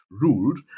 ruled